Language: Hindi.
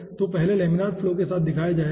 तो सबसे पहले लेमिनार स्लरी के साथ दिखाया जाएगा